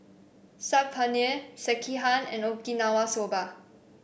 Saag Paneer Sekihan and Okinawa Soba